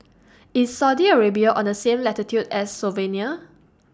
IS Saudi Arabia on The same latitude as Slovenia